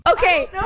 Okay